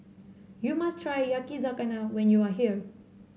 you must try Yakizakana when you are here